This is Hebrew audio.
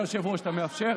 אדוני היושב-ראש, אתה מאפשר?